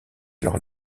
leurs